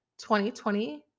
2020